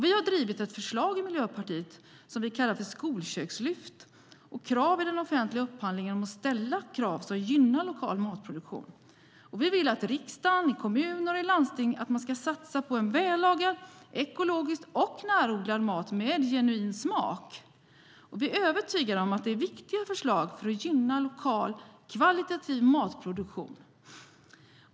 Vi har drivit ett förslag i Miljöpartiet om det som vi kallar för skolkökslyft och om att ställa krav i den offentliga upphandlingen som gynnar lokal matproduktion. Vi vill att man i riksdagen, i kommuner och i landsting ska satsa på en vällagad, ekologisk och närodlad mat med genuin smak. Vi är övertygade om att det är viktiga förslag för att gynna lokal kvalitativ matproduktion.